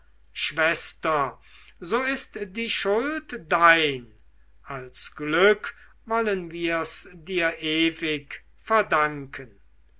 schwester so ist die schuld dein als glück wollen wir's dir ewig verdanken